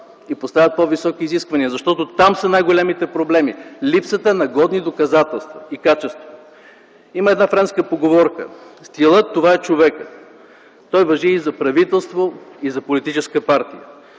и поставят по-високи изисквания, защото там са най големите проблеми – липсата на годни доказателства и качество. Има една френска поговорка – „Стилът – това е човекът”. Той важи и за правителство, за политическа партия.